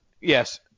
yes